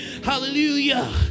hallelujah